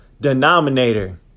denominator